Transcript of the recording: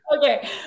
Okay